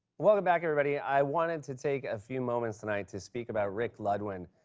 welcome back, everybody. i wanted to take a few moments tonight to speak about rick ludwin.